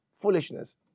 foolishness